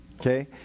okay